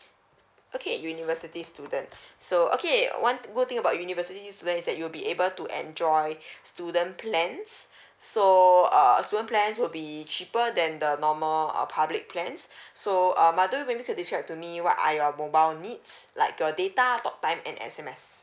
okay university student so okay one good thing about university students is that you'll be able to enjoy student plans so uh student plans will be cheaper than the normal err public plans so madu maybe you could describe to me what are your mobile needs like your data talk time and S_M_S